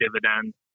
dividends